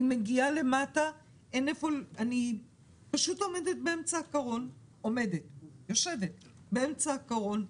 אני מגיעה למטה, אני פשוט יושבת באמצע הקרון,